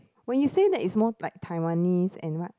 when you say that is more like Taiwanese and what